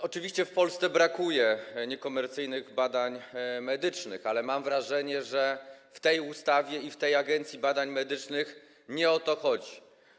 Oczywiście w Polsce brakuje niekomercyjnych badań medycznych, ale mam wrażenie, że w przypadku tej ustawy i Agencji Badań Medycznych nie o to chodzi.